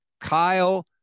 Kyle